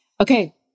Okay